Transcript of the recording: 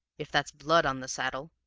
if that's blood on the saddle